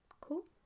cool